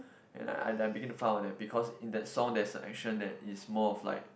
and I I began to find out because in that song there's an action that is more of like